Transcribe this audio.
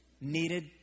needed